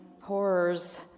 horrors